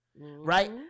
Right